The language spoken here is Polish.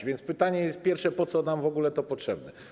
A więc pytanie pierwsze: Po co nam w ogóle to potrzebne?